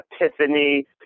epiphany